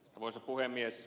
arvoisa puhemies